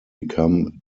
become